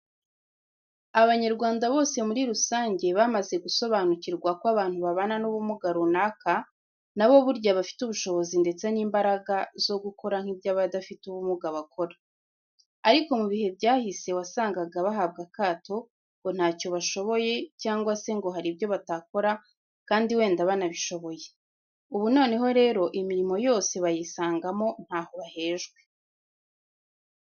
Abanyarwanda bose muri rusange bamaze gusobanukirwa ko abantu babana n'ubumuga runaka na bo burya bafite ubushobozi ndetse n'imbaraga zo gukora nk'ibyo abadafite ubumuga bakora. Ariko mu bihe byahise wasangaga bahabwa akato ngo ntacyo bashoboye, cyangwa se ngo hari ibyo batakora kandi wenda banabishoboye. Ubu noneho rero imirimo yose bayisangamo ntaho bahejwe.